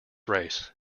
race